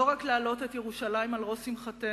לא רק להעלות את ירושלים על ראש שמחתנו,